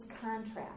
contrast